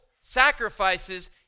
sacrifices